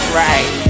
right